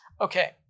Okay